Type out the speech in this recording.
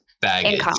baggage